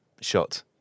shot